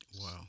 Wow